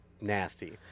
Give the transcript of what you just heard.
nasty